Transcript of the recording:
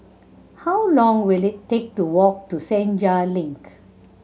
how long will it take to walk to Senja Link